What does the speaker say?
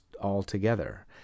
altogether